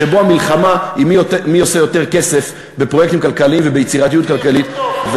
שבו המלחמה היא מי עושה יותר כסף בפרויקטים כלכליים וביצירתיות כלכלית,